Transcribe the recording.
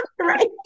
Right